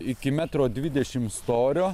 iki metro dvidešim storio